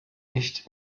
nicht